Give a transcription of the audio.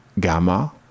Gamma